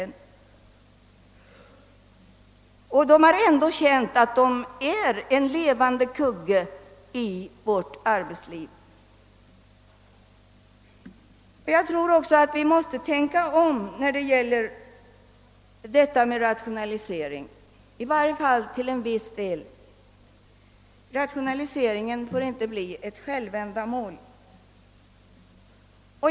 Därigenom har de ändå kunnat känna att de är en verksam kugge i vårt arbetsliv. Jag tror också att vi måste tänka om när det gäller rationaliseringen — i varje fall till en viss del. Rationaliseringen får inte bli ett självändamål.